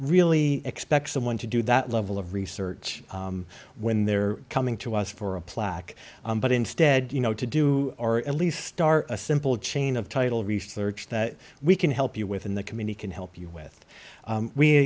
really expect someone to do that level of research when they're coming to us for a plaque but instead you know to do or at least start a simple chain of title research that we can help you with in the community can help you with